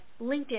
LinkedIn